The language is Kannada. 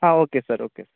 ಹಾಂ ಓಕೆ ಸರ್ ಓಕೆ ಸರ್